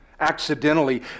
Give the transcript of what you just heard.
accidentally